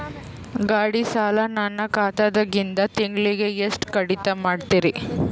ಗಾಢಿ ಸಾಲ ನನ್ನ ಖಾತಾದಾಗಿಂದ ತಿಂಗಳಿಗೆ ಎಷ್ಟು ಕಡಿತ ಮಾಡ್ತಿರಿ?